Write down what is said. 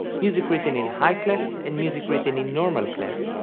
music written in high clefs and music written in normal clefs,